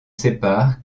sépare